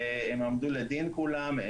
והם עמדו לדין כולם.